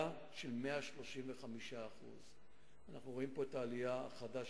של 135%. אנחנו רואים פה את העלייה החדה.